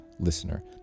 listener